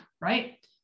right